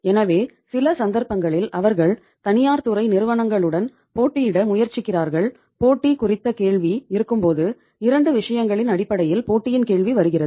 எனவே சில சந்தர்ப்பங்களில் அவர்கள் தனியார் துறை நிறுவனங்களுடன் போட்டியிட முயற்சிக்கிறார்கள் போட்டி குறித்த கேள்வி இருக்கும்போது 2 விஷயங்களின் அடிப்படையில் போட்டியின் கேள்வி வருகிறது